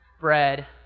bread